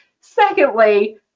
secondly